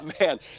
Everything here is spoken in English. Man